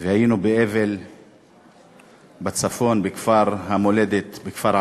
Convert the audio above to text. והיינו באבל בצפון בכפר המולדת, בכפר עראבה,